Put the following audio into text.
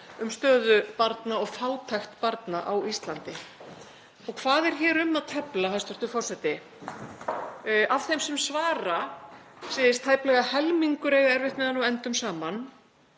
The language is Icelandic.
um stöðu barna og fátækt barna á Íslandi. Hvað er hér um að tefla, hæstv. forseti? Af þeim sem svara segist tæplega helmingur eiga erfitt með að ná endum saman.